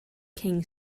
king